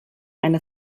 eine